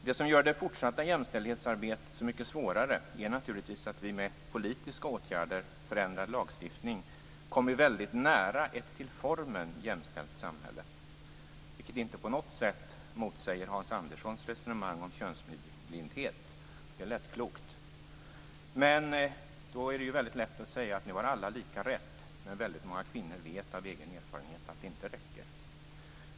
Det som gör det fortsatta jämställdhetsarbetet så mycket svårare är naturligtvis att vi med politiska åtgärder och förändrad lagstiftning kommit väldigt nära ett till formen jämställt samhälle. Det motsäger inte på något sätt Hans Anderssons resonemang om könsblindhet. Det lät klokt. Det är väldigt lätt att säga att alla nu har lika rätt, men väldigt många kvinnor vet av egen erfarenhet att det inte räcker.